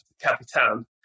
Capitan